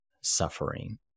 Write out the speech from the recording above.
suffering